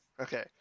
Okay